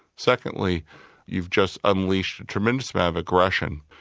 secondly you've just unleashed a tremendous amount of aggression,